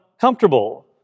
comfortable